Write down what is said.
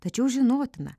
tačiau žinotina